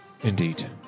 Indeed